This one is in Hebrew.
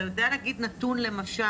אתה יודע להגיד נתון למשל